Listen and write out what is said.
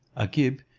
agib,